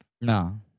No